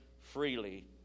freely